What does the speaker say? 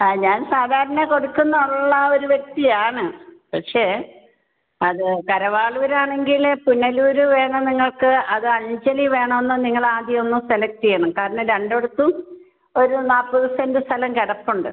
ആ ഞാൻ സാധാരണ കൊടുക്കുന്നുള്ള ഒരു വ്യക്തിയാണ് പക്ഷെ അത് കരവാളൂരാണെങ്കിൽ പുനലൂർ വേണോ നിങ്ങൾക്ക് അതോ അഞ്ചലിൽ വേണമോ എന്ന് നിങ്ങൾ ആദ്യമൊന്ന് സെലക്റ്റ് ചെയ്യണം കാരണം രണ്ടെടുത്തും ഒരു നാൽപ്പത് സെൻ്റ് സ്ഥലം കിടപ്പുണ്ട്